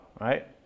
right